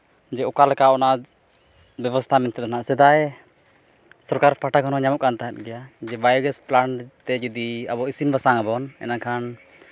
ᱡᱮ ᱚᱠᱟᱞᱮᱠᱟ ᱚᱱᱟ ᱵᱮᱵᱚᱥᱛᱟ ᱢᱮᱱᱛᱮᱫᱚ ᱱᱟᱜ ᱥᱮᱫᱟᱭ ᱥᱚᱨᱠᱟᱨ ᱯᱟᱦᱴᱟ ᱠᱷᱚᱱ ᱦᱚᱸ ᱧᱟᱢᱚᱜ ᱠᱟᱱ ᱛᱟᱦᱮᱸᱫ ᱜᱮᱭᱟ ᱡᱮ ᱵᱟᱭᱳᱜᱮᱥ ᱯᱞᱟᱱᱴ ᱛᱮ ᱡᱩᱫᱤ ᱟᱵᱚ ᱤᱥᱤᱱ ᱵᱟᱥᱟᱝᱼᱟᱵᱚᱱ ᱤᱱᱟᱹ ᱠᱷᱟᱱ